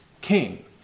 king